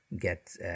get